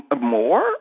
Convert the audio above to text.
more